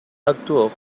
actuó